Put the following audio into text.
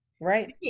Right